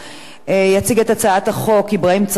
יציג את הצעת החוק אברהים צרצור,